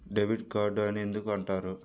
Debit card అని ఎందుకు అంటారు?